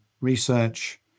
research